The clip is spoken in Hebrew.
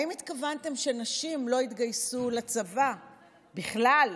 האם התכוונתם שנשים לא יתגייסו לצבא בכלל,